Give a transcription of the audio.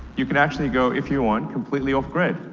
you can actually go, if you want, completely off-grid.